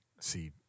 see